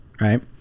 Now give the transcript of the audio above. right